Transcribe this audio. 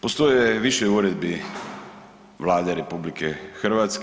Postoje više uredbi Vlade RH.